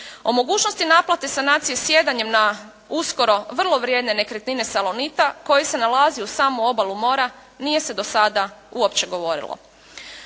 O mogućnosti naplate sanacije sjedanjem na uskoro vrlo vrijedne nekretnine "Salonita" koje se nalaze uz samu obalu mora nije se do sada uopće govorilo.